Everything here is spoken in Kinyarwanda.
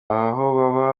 baba